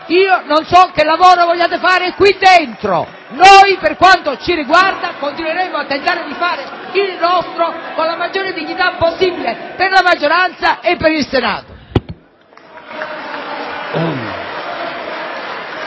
LNP. Richiami del Presidente)*. Noi, per quanto ci riguarda, continueremo a tentare di fare il nostro con la maggiore dignità possibile, per la maggioranza e per il Senato.